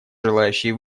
желающие